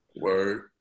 Word